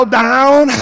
down